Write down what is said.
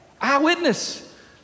eyewitness